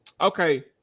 okay